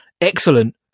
excellent